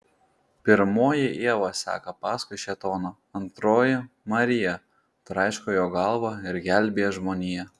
pirmoji ieva seka paskui šėtoną antroji marija traiško jo galvą ir gelbėja žmoniją